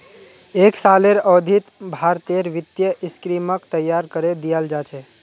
एक सालेर अवधित भारतेर वित्तीय स्कीमक तैयार करे दियाल जा छे